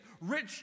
rich